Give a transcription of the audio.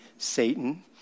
Satan